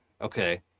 Okay